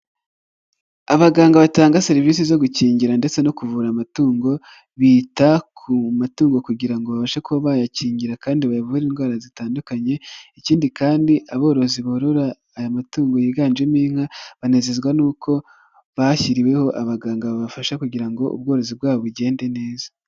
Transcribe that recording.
Abaganga batanga serivisi zo gukingira ndetse no kuvura amatungo, bita ku matungo kugira ngo babashe kuba bayakingira kandi bavure indwara zitandukanye, ikindi kandi aborozi borora aya matungo yiganjemo inka, banezezwa n'uko bashyiriweho abaganga babafasha kugira ngo ubworozi bwabo bugende neza.